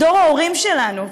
דור ההורים שלנו,